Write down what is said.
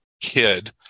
kid